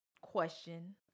question